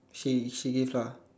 she she is lah